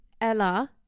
Ella